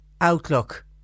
outlook